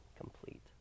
complete